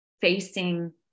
facing